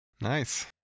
Nice